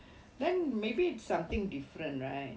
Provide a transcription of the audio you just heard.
then maybe it's something different right ya